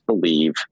believe